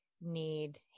need